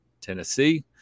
Tennessee